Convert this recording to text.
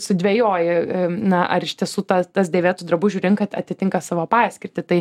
sudvejoji na ar iš tiesų ta tas dėvėtų drabužių rinka atitinka savo paskirtį tai